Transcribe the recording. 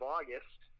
August